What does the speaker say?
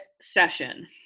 session